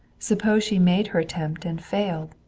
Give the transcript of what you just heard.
suppose she made her attempt and failed?